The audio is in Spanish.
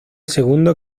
segundo